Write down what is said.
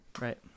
Right